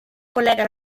collega